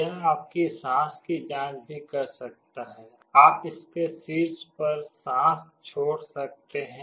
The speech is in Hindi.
यह आपकी सांस की जांच भी कर सकता है आप इसके शीर्ष पर सांस छोड़ सकते हैं